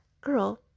Girl